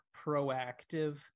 proactive